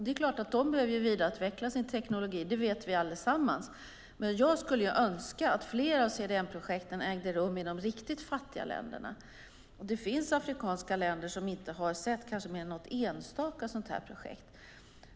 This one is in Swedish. Det är klart att de behöver vidareutveckla sin teknologi, det vet vi allesammans, men jag skulle önska att fler CDM-projekt ägde rum i de riktigt fattiga länderna. Det finns afrikanska länder som inte sett mer än kanske något enstaka sådant projekt.